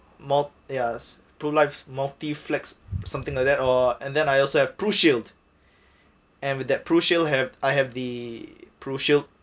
more ya pru life multi flex something like that or and then I also have pru shield and with that pru shield have I have the pru shield